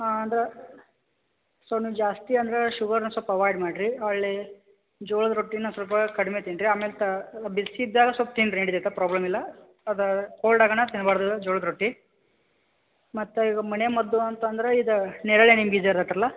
ಹಾಂ ಅದು ಸೊ ನೀವು ಜಾಸ್ತಿ ಅಂದರೆ ಶುಗರ್ನ ಸೊಲ್ಪ ಅವೈಡ್ ಮಾಡಿ ರೀ ಅಲ್ಲಿ ಜೋಳದ ರೊಟ್ಟಿನ ಸೊಲ್ಪ ಕಡ್ಮೆ ತಿನ್ರಿ ಆಮೇಲೆ ಬಿಸಿ ಇದ್ದಾಗ ಸ್ವಲ್ಪ ತಿನ್ರಿ ನಡಿತೈತೆ ಪ್ರಾಬ್ಲಮ್ ಇಲ್ಲ ಅದು ಕೋಲ್ಡಗನ ತಿನ್ಬಾರ್ದು ಜೋಳದ ರೊಟ್ಟಿ ಮತ್ತು ಈಗ ಮನೆ ಮದ್ದು ಅಂತ ಅಂದರೆ ಇದು ನೇರಳೆ ಹಣ್ಣಿನ ಬೀಜ ಇರುತ್ತಲ್ಲಾ